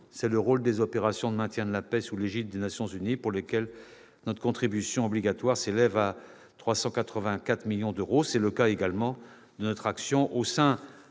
C'est le rôle des opérations de maintien de la paix menées sous l'égide des Nations unies, pour lesquelles notre contribution obligatoire s'établit à 384 millions d'euros. C'est également le cas de notre action au sein